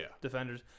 defenders